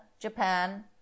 japan